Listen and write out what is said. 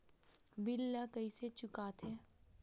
bill ला कइसे चुका थे